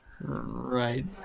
right